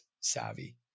savvy